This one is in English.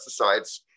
pesticides